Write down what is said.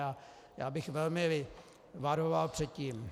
A já bych velmi varoval před tím.